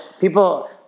People